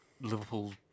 Liverpool